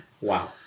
Wow